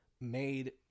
made